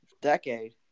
decade